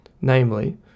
namely